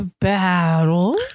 battle